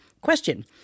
Question